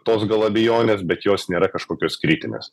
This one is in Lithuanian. tos gal abejonės bet jos nėra kažkokios kritinės